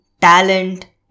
talent